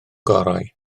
gorau